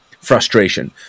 Frustration